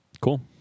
Cool